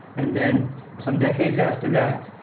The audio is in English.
and then some decades after that,